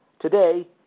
today